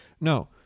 No